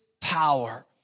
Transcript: power